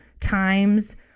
times